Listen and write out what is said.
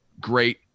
great